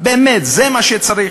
באמת, זה מה שצריך?